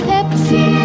Pepsi